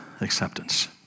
acceptance